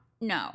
No